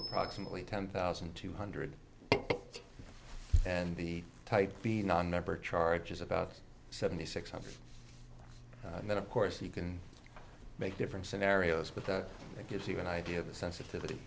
approximately ten thousand two hundred and the type the nonmember charges about seventy six hundred men of course you can make different scenarios but that gives you an idea of the sensitivity